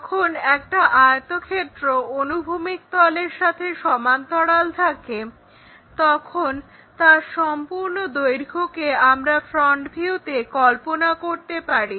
যখন একটা আয়তক্ষেত্র অনুভূমিক তলের সাথে সমান্তরালে থাকে তখন তার সম্পূর্ণ দৈর্ঘ্যকে আমরা ফ্রন্ট ভিউতে কল্পনা করতে পারি